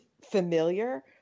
familiar